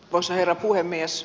arvoisa herra puhemies